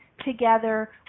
together